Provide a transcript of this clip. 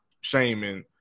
shaming